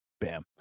Bam